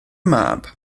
mab